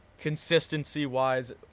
consistency-wise